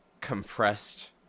compressed